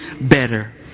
better